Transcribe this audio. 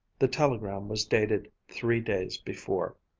the telegram was dated three days before.